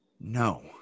No